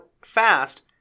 fast